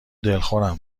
دلخورم